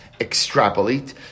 extrapolate